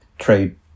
Trade